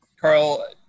Carl